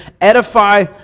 edify